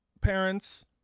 parents